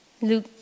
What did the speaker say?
Luke